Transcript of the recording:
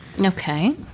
Okay